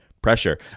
Pressure